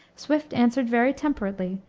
swift answered very temperately,